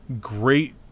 great